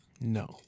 No